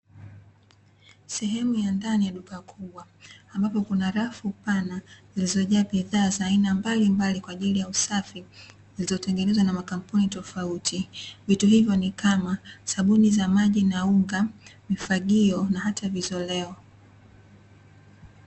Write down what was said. Sehemu ya ndani ya duka kubwa ambapo kuna rafu pana, zilizojaa bidhaa za aina mbalimbali kwa ajili ya usafi zilizotengenezwa na makampuni tofauti. Vitu hivyo ni kama: sabuni za maji na unga, mifagio na hata vizoleo.